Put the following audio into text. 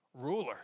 ruler